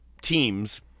teams